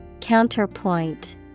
Counterpoint